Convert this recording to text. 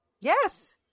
Yes